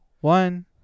one